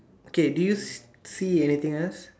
okay do you see anything else